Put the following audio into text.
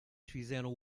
fizeram